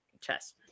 chess